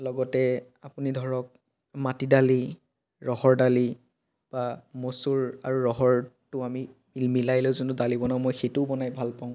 লগতে আপুনি ধৰক মাটি দালি ৰহৰ দালি বা মচুৰ আৰু ৰহৰটো আমি এই মিলাই লৈ যোনটো দালি বনাওঁ মই সেইইটোও বনাই ভাল পাওঁ